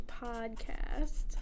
podcast